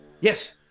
Yes